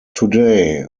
today